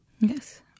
Yes